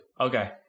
Okay